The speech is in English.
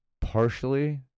Partially